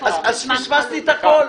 פספסתי את הכול.